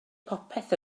popeth